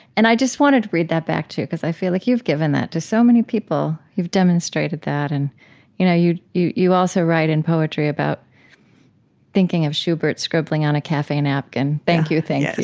and i just wanted to read that back to you because i feel like you've given that to so many people. you've demonstrated that. and you know you you also write in poetry about thinking of schubert scribbling on a cafe napkin, thank you. thank you.